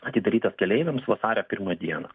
atidarytas keleiviams vasario pirmą dieną